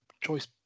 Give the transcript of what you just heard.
choice